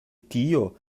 tio